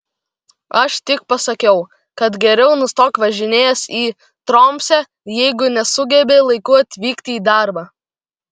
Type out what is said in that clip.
aš tik pasakiau kad geriau nustok važinėjęs į tromsę jeigu nesugebi laiku atvykti į darbą